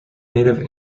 native